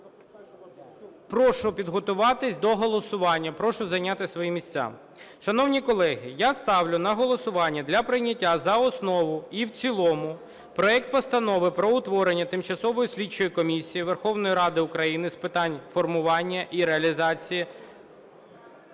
Прошу підготуватися до голосування, прошу зайняти свої місця. Шановні колеги, я ставлю на голосування для прийняття за основу і в цілому проект Постанови про утворення Тимчасової слідчої комісії Верховної Ради України з питань формування і реалізації…